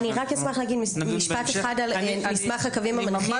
אני רק אשמח להגיד משפט אחד על מסמך הקווים המנחים.